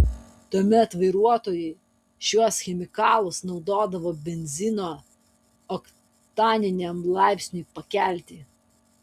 tuomet vairuotojai šiuos chemikalus naudodavo benzino oktaniniam laipsniui pakelti